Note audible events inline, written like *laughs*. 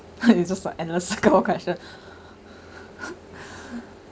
*laughs* it's just like endless scu~ question *laughs*